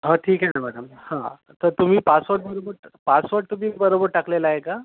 हो ठीक आहे ना मॅडम हां तर तुम्ही पासवर्ड बरोबर पासवर्ड तुम्ही बरोबर टाकलेला आहे का